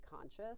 conscious